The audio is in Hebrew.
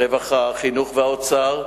הרווחה, החינוך והאוצר,